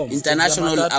International